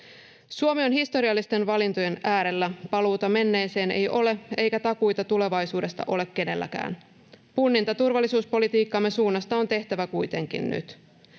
Suomi on historiallisten valintojen äärellä. Paluuta menneeseen ei ole, eikä takuita tulevaisuudesta ole kenelläkään. Punninta turvallisuuspolitiikkamme suunnasta on tehtävä kuitenkin nyt.